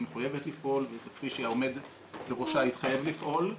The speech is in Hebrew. מחויבת לפעול וכפי שהעומד בראשה התחייב לפעול.